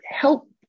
help